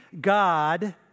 God